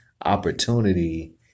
opportunity